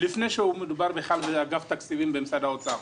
לפני שמדובר בכלל באגף תקציבים במשרד האוצר.